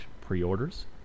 pre-orders